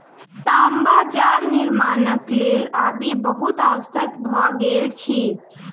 तांबा जाल निर्माणक लेल आबि बहुत आवश्यक भ गेल अछि